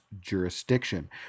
jurisdiction